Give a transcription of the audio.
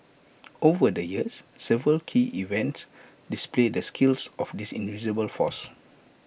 over the years several key events displayed the skills of this invisible force